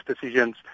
decisions